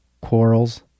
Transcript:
Quarrels